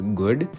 good